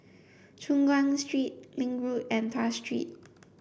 Choon Guan Street Link Road and Tuas Street